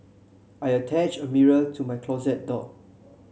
I attached a mirror to my closet door